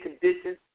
conditions